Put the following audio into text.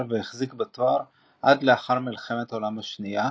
והחזיק בתואר עד לאחר מלחמת העולם השנייה,